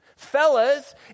fellas